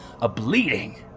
a-bleeding